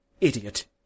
Idiot